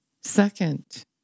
second